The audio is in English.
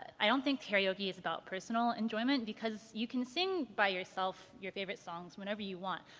i don't think karaoke is about personal enjoyment because you can sing by yourself your favorite songs whenever you want.